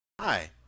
Hi